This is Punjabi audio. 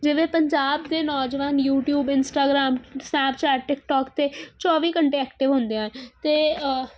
ਜਿਵੇਂ ਪੰਜਾਬ ਦੇ ਨੌਜਵਾਨ ਯੂਟਿਊਬ ਇੰਸਟਾਗ੍ਰਾਮ ਸਨੈਪਚੈਟ ਟਿਕਟੋਕ 'ਤੇ ਚੌਵੀ ਘੰਟੇ ਐਕਟਿਵ ਹੁੰਦੇ ਆ ਅਤੇ